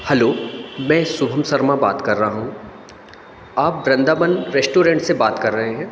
hello मैं शुभम शर्मा बात कर रहा हूँ आप वृंदावन रेश्टोरेंट से बात कर रहे हैं